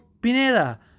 Pineda